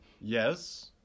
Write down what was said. Yes